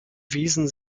wiesen